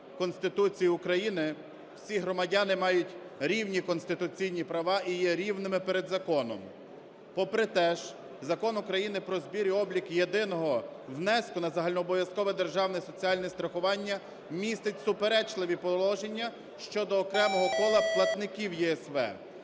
Конституції України всі громадяни мають рівні конституційні права і є рівними перед законом. Попри те Закон України "Про збір та облік єдиного внеску на загальнообов'язкове державне соціальне страхування" містить суперечливі положення щодо окремого кола платників ЄСВ.